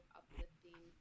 uplifting